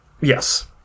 Yes